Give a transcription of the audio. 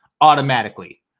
automatically